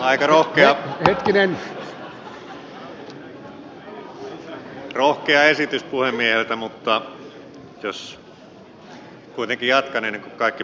aika rohkea esitys puhemieheltä mutta jos kuitenkin jatkan ennen kuin kaikki poistuvat